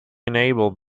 enabled